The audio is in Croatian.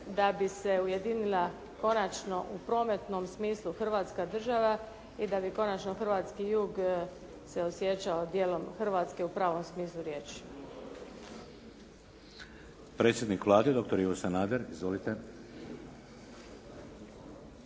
da bi se ujedinila konačno u prometnom smislu Hrvatska država i da bi konačno hrvatski jug se osjećao dijelom Hrvatske u pravom smislu riječi.